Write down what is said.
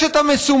יש את המסומנים,